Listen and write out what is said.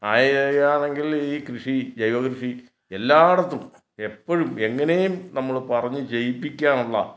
ആകുകയാണെങ്കിൽ ഈ കൃഷി ജൈവ കൃഷി എല്ലായിടത്തും എപ്പോഴും എങ്ങനെയും നമ്മൾ പറഞ്ഞു ചെയ്യിപ്പിക്കാനുള്ള